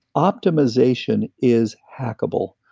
optimization is hackable.